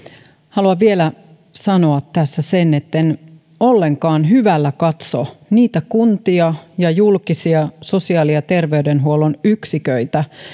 haluan vielä sanoa tässä sen että en ollenkaan hyvällä katso niitä kuntia ja julkisia sosiaali ja terveydenhuollon yksiköitä